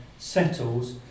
settles